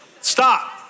stop